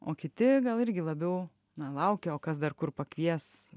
o kiti gal irgi labiau na laukia o kas dar kur pakvies